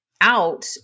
out